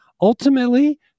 Ultimately